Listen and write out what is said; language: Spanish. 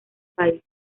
país